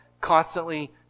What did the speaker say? constantly